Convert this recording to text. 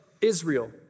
Israel